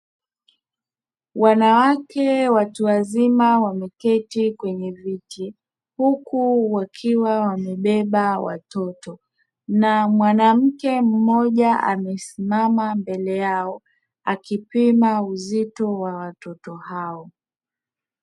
Wanawake watu wazima wameketi kwenye viti huku wakiwa wamebeba watoto na mwanamke mmoja amesimama mbele yao akipima uzito wa watoto hao.